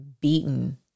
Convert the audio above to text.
beaten